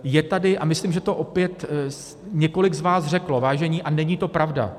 Je tady, a myslím, že to opět několik z vás řeklo, vážení, a není to pravda.